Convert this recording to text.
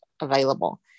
available